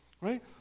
right